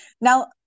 Now